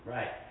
Right